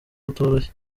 utoroshye